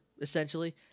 essentially